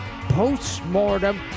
Postmortem